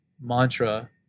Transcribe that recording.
mantra